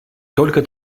только